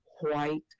white